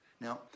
Now